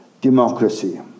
democracy